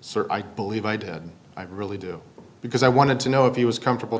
sir i believe my dad i really do because i wanted to know if he was comfortable